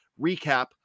recap